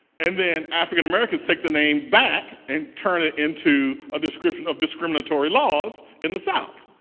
and then african americans take the name back and turn it into a description of discriminatory laws in the south,